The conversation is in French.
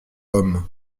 hommes